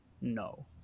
no